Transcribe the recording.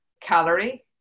calorie